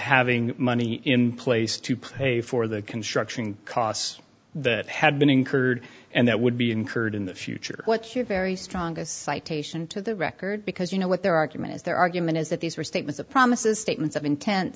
having money in place to play for the construction costs that had been incurred and that would be incurred in the future what your very strongest citation to the record because you know what their argument is their argument is that these are statements of promises statement